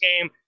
game